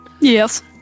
Yes